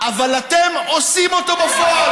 אבל אתם עושים אותו בפועל.